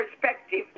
perspective